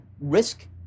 risk